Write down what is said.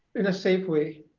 in a safe way